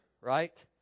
right